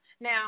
Now